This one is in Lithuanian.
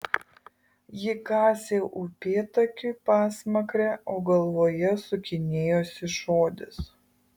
ji kasė upėtakiui pasmakrę o galvoje sukinėjosi žodis